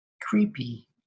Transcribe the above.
Creepy